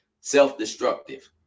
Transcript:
Self-destructive